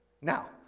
Now